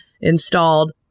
installed